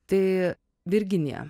tai virginija